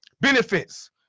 Benefits